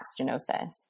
stenosis